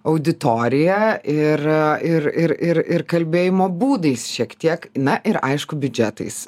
auditoriją ir ir ir ir ir kalbėjimo būdais šiek tiek na ir aišku biudžetais